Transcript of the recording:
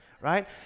right